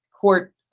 court